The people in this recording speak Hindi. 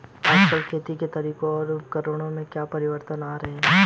आजकल खेती के तरीकों और उपकरणों में क्या परिवर्तन आ रहें हैं?